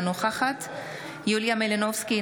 אינה נוכחת יוליה מלינובסקי,